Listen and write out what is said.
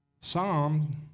psalm